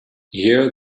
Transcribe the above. here